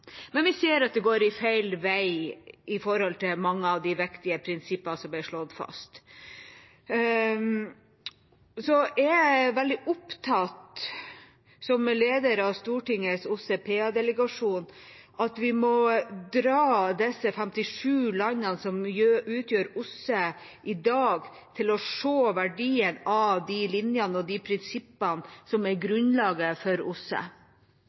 Men vi ser at det går feil vei for mange av de viktige prinsippene som ble slått fast. Jeg er, som leder av Stortingets OSSE PA-delegasjon, veldig opptatt av at vi må dra disse 57 landene som utgjør OSSE i dag, til å se verdien av de linjene og prinsippene som er grunnlaget for